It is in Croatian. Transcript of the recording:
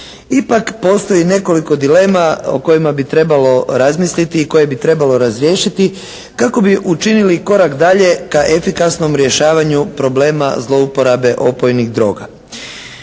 Ipak postoji nekoliko dilema o kojima bi trebalo razmisliti i koje bi trebalo razriješiti kako bi učinili korak dalje ka efikasnom rješavanju problema zlouporabe opojnih droga.